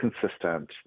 consistent